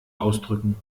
ausdrücken